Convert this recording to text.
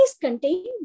contain